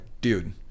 dude